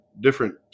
Different